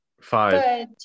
Five